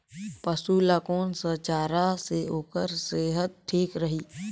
पशु ला कोन स चारा से ओकर सेहत ठीक रही?